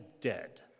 dead